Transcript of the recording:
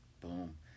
Boom